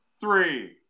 three